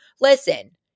listen